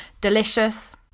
delicious